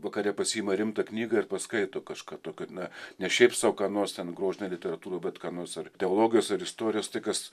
vakare pasiima rimtą knygą ir paskaito kažką tokio na ne šiaip sau nors ten grožinę literatūrą bet ką nors ar teologijos ar istorijos tai kas